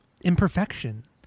imperfection